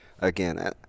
Again